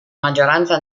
maggioranza